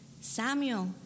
Samuel